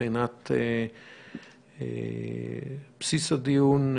מבחינת בסיס הדיון,